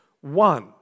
one